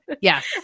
Yes